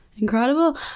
incredible